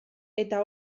eta